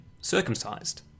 circumcised